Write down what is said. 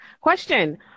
Question